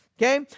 Okay